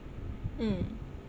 mm